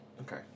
Okay